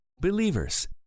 Believers